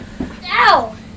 Ow